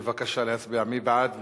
מי בעד?